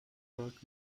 olarak